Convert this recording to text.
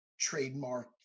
trademark